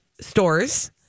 stores